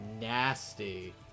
nasty